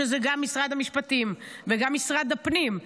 שזה גם משרד המשפטים וגם משרד הפנים,